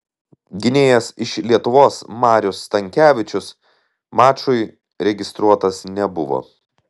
gynėjas iš lietuvos marius stankevičius mačui registruotas nebuvo